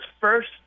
first